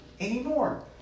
anymore